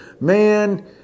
Man